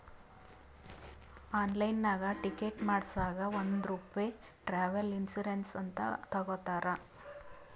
ಆನ್ಲೈನ್ನಾಗ್ ಟಿಕೆಟ್ ಮಾಡಸಾಗ್ ಒಂದ್ ರೂಪೆ ಟ್ರಾವೆಲ್ ಇನ್ಸೂರೆನ್ಸ್ ಅಂತ್ ತಗೊತಾರ್